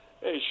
Hey